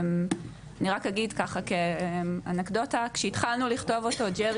אני רק אגיד ככה כאנקדוטה - כשהתחלנו לכתוב אותו ג'רי